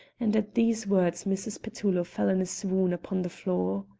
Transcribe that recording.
and at these words mrs. petullo fell in a swoon upon the floor.